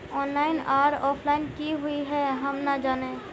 Online आर offline की हुई है हम ना जाने?